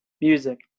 music